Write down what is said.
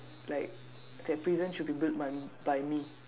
like that prison should be built by by me